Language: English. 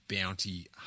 bounty